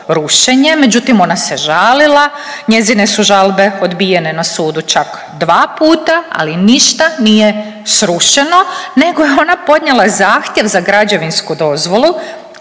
Međutim, ona se žalila. Njezine su žalbe odbijene na sudu čak dva puta, ali ništa nije srušeno, nego je ona podnijela zahtjev za građevinsku dozvolu